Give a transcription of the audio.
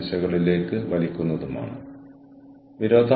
നിങ്ങളുടെ വീട്ടിൽ ഒരു ഫോൺ ഉള്ളത് ഒരു ആഡംബരമായിരുന്നു